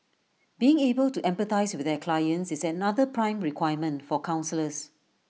being able to empathise with their clients is another prime requirement for counsellors